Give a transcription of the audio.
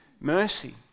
mercy